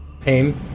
Pain